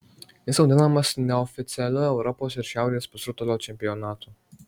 jis vadinamas neoficialiu europos ir šiaurės pusrutulio čempionatu